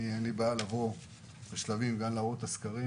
אין לי בעיה להגיע ולהראות את הסקרים,